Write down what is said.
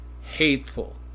hateful